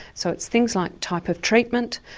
so it's things like type of treatment,